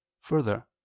Further